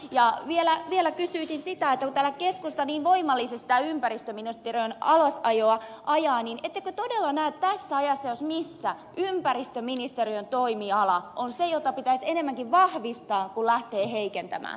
ja vielä kysyisin kun täällä keskusta niin voimallisesti tätä ympäristöministeriön alasajoa ajaa ettekö todella näe että tässä ajassa jos missä ympäristöministeriön toimiala on se jota pitäisi ennemminkin vahvistaa kuin lähteä heikentämään